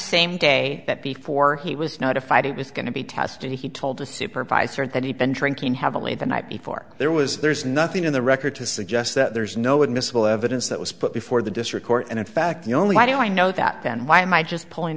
same day that before he was notified it was going to be tested he told the supervisor that he'd been drinking heavily the night before there was there's nothing in the record to suggest that there's no admissible evidence that was put before the district court and in fact the only why do i know that and why am i just pulling